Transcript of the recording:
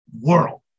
world